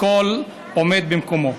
הכול עומד במקומו.